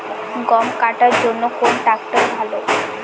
গম কাটার জন্যে কোন ট্র্যাক্টর ভালো?